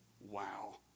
Wow